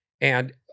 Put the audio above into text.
And-